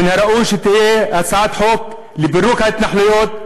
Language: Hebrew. מן הראוי שתהיה הצעת חוק לפירוק ההתנחלויות,